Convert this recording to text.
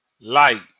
light